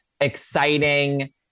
exciting